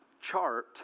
chart